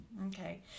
Okay